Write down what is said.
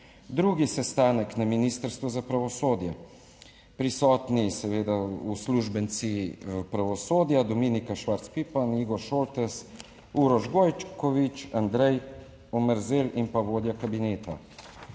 Drugi sestanek na Ministrstvu za pravosodje, prisotni seveda uslužbenci pravosodja, Dominika Švarc Pipan, Igor Šoltes, Uroš Gojkovič, Andrej Omerzel in pa vodja kabineta.